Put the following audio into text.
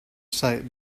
sight